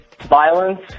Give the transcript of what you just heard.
violence